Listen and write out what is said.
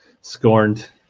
scorned